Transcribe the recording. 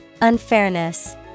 Unfairness